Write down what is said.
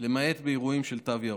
למעט באירועים של תו ירוק.